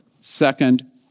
second